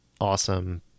awesome